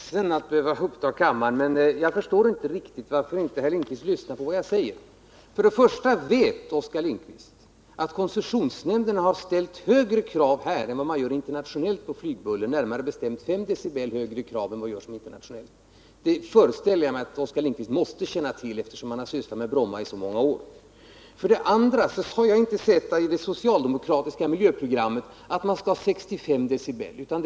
Herr talman! Jag är ledsen att behöva uppta kammarens tid ytterligare, men jag förstår inte riktigt varför herr Lindkvist inte lyssnar på vad jag säger. För det första vet Oskar Lindkvist att koncessionsnämnden har ställt högre krav än vad som ställs internationellt när det gäller flygbuller — det är närmare bestämt en skillnad på 5 decibel. Jag föreställer mig att Oskar Lindkvist måste känna till detta, eftersom han har sysslat med Bromma i så många år. För det andra har jag inte sett i det socialdemokratiska miljöprogrammet att man skulle ha 65 decibel som gräns.